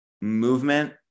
movement